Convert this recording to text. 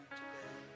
today